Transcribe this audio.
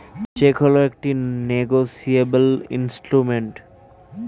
check হল একটি negotiable instrument